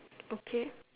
okay